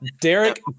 Derek